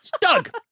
Doug